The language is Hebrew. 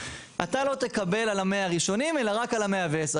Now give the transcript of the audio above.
אתה לא תקבל על ה-100 הראשונים אלא רק על ה-110.